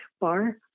bar